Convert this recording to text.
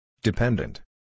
Dependent